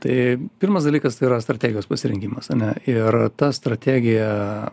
tai pirmas dalykas tai yra strategijos pasirinkimas ane ir ta strategija